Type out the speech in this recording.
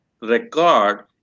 record